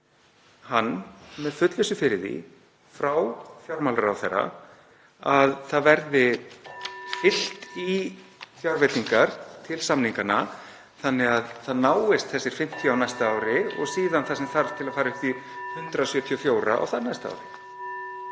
hann fullvissu fyrir því frá fjármálaráðherra að það verði fyllt upp í fjárveitingar til samninganna þannig að það náist þessir 50 á næsta ári og síðan það sem þarf til að fara upp í 174 á þar næsta ári?